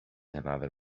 another